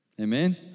Amen